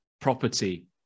property